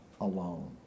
alone